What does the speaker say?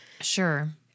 Sure